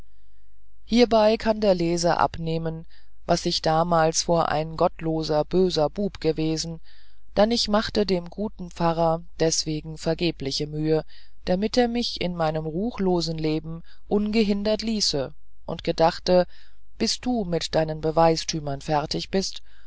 hierbei kann der leser abnehmen was ich damals vor ein gottloser böser bub gewesen dann ich machte dem guten pfarrer deswegen vergebliche mühe damit er mich in meinem ruchlosen leben ungehindert ließe und gedachte bis du mit deinen beweistümen fertig bist